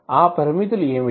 ఆ పరిమితులు ఏమిటి